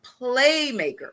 Playmaker